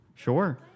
Sure